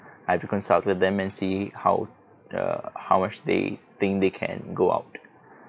I have to consult with them and see how err how much they think they can go out